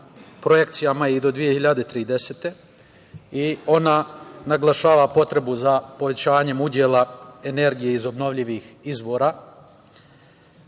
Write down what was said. projekcijama i do 2030. godine i ona naglašava potrebu za povećanjem udela energije iz obnovljivih izvora.